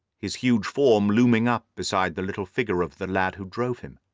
his huge form looming up beside the little figure of the lad who drove him.